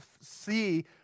see